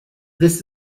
this